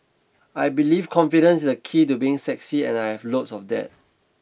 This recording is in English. I believe confidence is the key to being sexy and I have loads of that